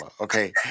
okay